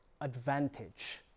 advantage